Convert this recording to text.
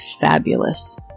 fabulous